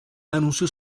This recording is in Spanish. anunció